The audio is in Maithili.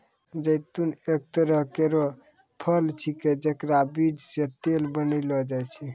जैतून एक तरह केरो फल छिकै जेकरो बीज सें तेल बनैलो जाय छै